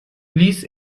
liess